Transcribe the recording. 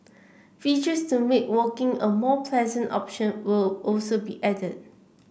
features to make walking a more pleasant option will also be added